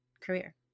career